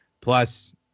plus